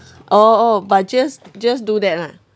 oh oh but just just do that lah